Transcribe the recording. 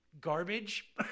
garbage